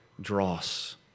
dross